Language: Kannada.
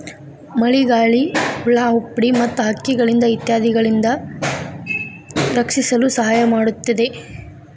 ಮಳಿಗಾಳಿ, ಹುಳಾಹುಪ್ಡಿ ಮತ್ತ ಹಕ್ಕಿಗಳಿಂದ ಇತ್ಯಾದಿಗಳಿಂದ ರಕ್ಷಿಸಲು ಸಹಾಯ ಮಾಡುತ್ತದೆ